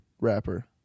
rapper